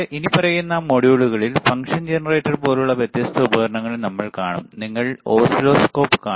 ഇനിപ്പറയുന്ന മൊഡ്യൂളുകളിൽ function generator പോലുള്ള വ്യത്യസ്ത ഉപകരണങ്ങളും നമ്മൾ കാണും നിങ്ങൾ ഓസിലോസ്കോപ്പ് കാണും